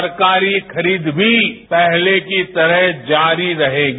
सरकारी खरीद भी पहले की तरह जारी रहेगी